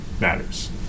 Matters